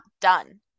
done